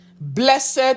Blessed